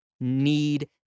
need